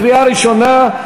קריאה ראשונה.